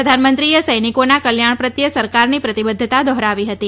પ્રધાનમંત્રીએ સૈનિકોના કલ્યાણ પ્રત્યે સરકારની પ્રતિબદ્વતા દોહરાવી હતી